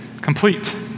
complete